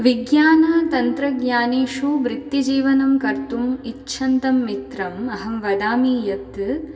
विज्ञानतन्त्रज्ञानेषु वृत्तिजीवनं कर्तुम् इच्छन्तं मित्रम् अहं वदामि यत्